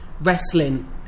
wrestling